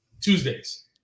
Tuesdays